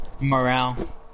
morale